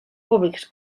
públics